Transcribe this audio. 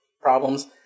problems